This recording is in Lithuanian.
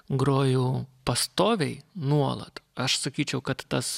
groju pastoviai nuolat aš sakyčiau kad tas